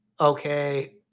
okay